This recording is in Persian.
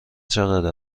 چقدر